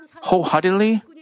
wholeheartedly